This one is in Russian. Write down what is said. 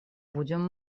будем